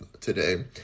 today